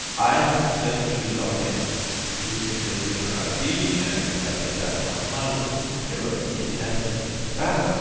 i successfully logged in using the user id, and i did that from my local computer. it has noticed that.